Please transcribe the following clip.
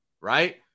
right